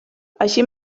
així